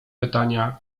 pytania